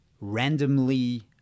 randomly